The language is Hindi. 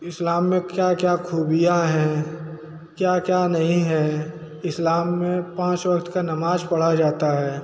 इस्लाम में क्या क्या ख़ूबिया हैं क्या क्या नहीं है इस्लाम में पाँच वक़्त का नमाज़ पढ़ी जाती है